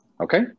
Okay